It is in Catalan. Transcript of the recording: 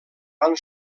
van